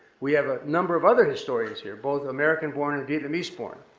we have a number of other historians here, both american born and vietnamese born.